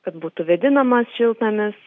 kad būtų vėdinamas šiltnamis